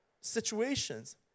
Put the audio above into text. situations